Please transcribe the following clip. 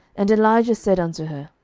and elijah said unto her,